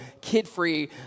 kid-free